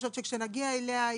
כשנגיע אליה,